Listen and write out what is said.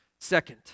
Second